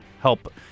help